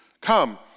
Come